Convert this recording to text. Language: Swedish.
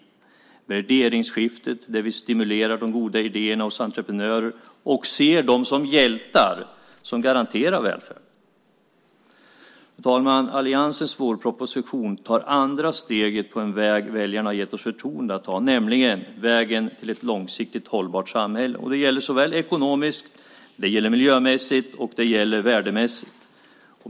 Det gäller också värderingsskiftet, där vi stimulerar de goda idéerna hos entreprenörer och ser dem som hjältar som garanterar välfärden. Fru talman! Alliansens vårproposition tar andra steget på en väg väljarna gett oss förtroende att gå, nämligen vägen till ett långsiktigt hållbart samhälle. Det gäller såväl ekonomiskt och miljömässigt som värdemässigt.